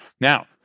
Now